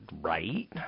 right